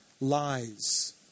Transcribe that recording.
lies